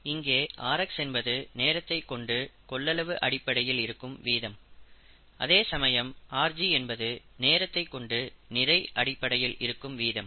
இங்கே rx என்பது நேரத்தை கொண்டு கொள்ளளவு அடிப்படையில் கிடைக்கும் வீதம் அதே சமயம் rg என்பது நேரத்தை கொண்டு நிறை அடிப்படையில் கிடைக்கும் வீதம்